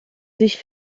sich